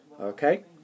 Okay